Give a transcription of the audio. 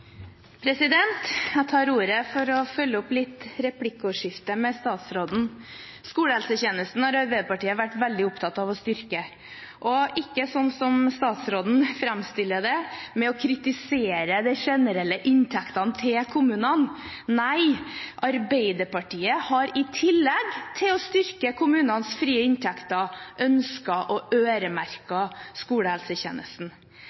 framtiden. Jeg tar ordet for å følge litt opp replikkordskiftet med statsråden. Skolehelsetjenesten har Arbeiderpartiet vært veldig opptatt av å styrke, og ikke, slik statsråden framstiller det, å kritisere de generelle inntektene til kommunene. Nei, Arbeiderpartiet har i tillegg til å styrke kommunenes frie inntekter ønsket å